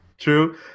True